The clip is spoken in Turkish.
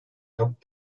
çabuk